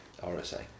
RSA